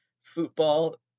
football